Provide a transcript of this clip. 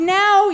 now